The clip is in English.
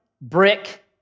brick